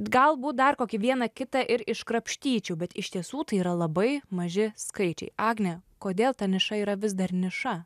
galbūt dar kokį vieną kitą ir iškrapštyčiau bet iš tiesų tai yra labai maži skaičiai agne kodėl ta niša yra vis dar niša